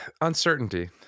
uncertainty